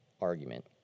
argument